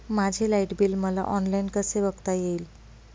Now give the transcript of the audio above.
माझे light bill मला online कसे बघता येईल?